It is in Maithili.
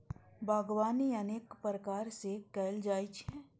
बागवानी अनेक प्रकार सं कैल जाइ छै